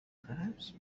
perhaps